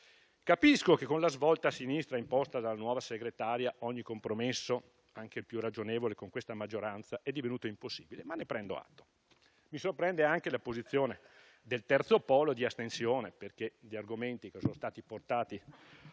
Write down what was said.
Capisco che con la svolta a sinistra imposta dalla nuova segretaria, ogni compromesso, anche il più ragionevole, con questa maggioranza sia divenuto impossibile, ma ne prendo atto. Mi sorprende anche la posizione di astensione del Terzo polo, perché gli argomenti che sono stati portati